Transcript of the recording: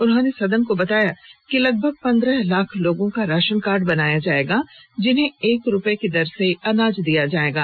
उन्होंने सदन को बताया कि लगभग पन्द्रह लाख लोगों का राशन कार्ड बनाया जाएगा जिन्हें एक रुपए की दर से अनाज दिया जाएगा